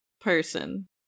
person